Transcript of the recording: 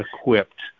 equipped